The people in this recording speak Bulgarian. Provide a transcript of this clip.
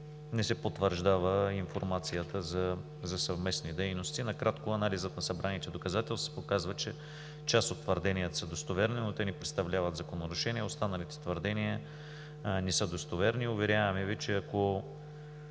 не се потвърждава информацията за съвместни дейности. Накратко анализът на събраните доказателства показва, че част от твърденията са достоверни, но те не представляват закононарушения. Останалите твърдения не са достоверни. Уверяваме Ви, че ако